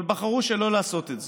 אבל בחרו שלא לעשות את זה.